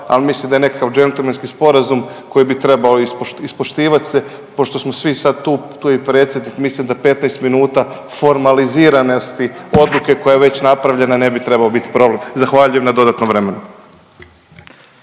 ali mislim da je nekakav džentlmenski sporazum koji bi trebalo ispoštivat se pošto smo svi sad tu. Tu je i predsjednik. Mislim da 15 minuta formaliziranosti odluke koja je već napravljena ne bi trebao biti problem. Zahvaljujem na dodatnom vremenu.